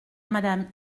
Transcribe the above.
madame